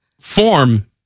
form